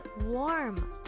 warm